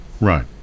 Right